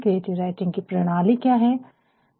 creative writing की प्रणाली क्या है